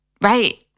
Right